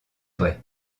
vrai